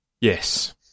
Yes